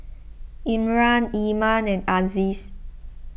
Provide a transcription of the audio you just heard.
Imran Iman and Aziz